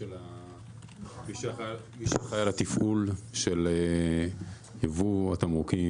שאחראי על התפעול של ייבוא תמרוקים